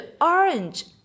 orange